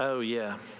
so yeah.